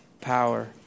power